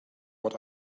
what